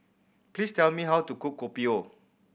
please tell me how to cook Kopi O